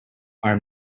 are